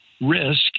risk